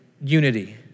unity